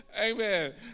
Amen